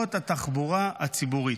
לחברות התחבורה הציבורית.